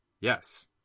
Yes